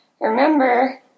remember